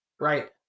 Right